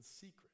secret